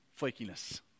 flakiness